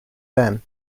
then